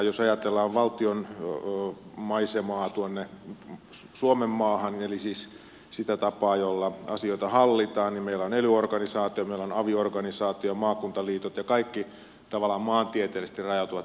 jos ajatellaan valtion maisemaa suomenmaahan eli sitä tapaa jolla asioita hallitaan niin meillä on ely organisaatio meillä on avi organisaatio maakuntaliitot ja kaikki tavallaan maantieteellisesti rajautuvat eri tavoin